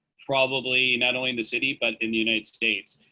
probably not only in the city, but in the united states.